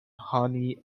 honey